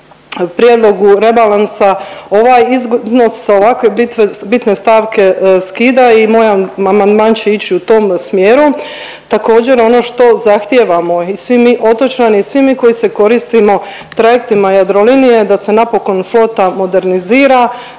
prijedlogu rebalansa ovaj iznos sa ovako bitne stavke skida i moj amandman će ići u tom smjeru. Također ono što zahtijevamo i svi mi otočani i svi mi koji se koristimo trajektima Jadrolinije da se napokon flota modernizira